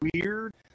weird